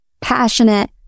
Passionate